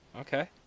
Okay